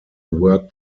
work